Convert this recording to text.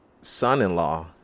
son-in-law